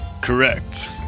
Correct